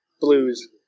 blues